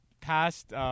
past